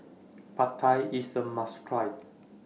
Pad Thai IS A must Try